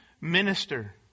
minister